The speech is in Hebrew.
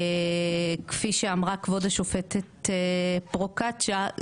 כפי שאמרה כבוד השופטת פרוקצ'יה,